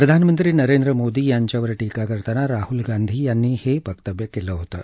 प्रधानमंत्री नरेंद्र मोदी यांच्यावर टीका करताना राहल गांधी यांनी हे वक्तव्य केलं होतं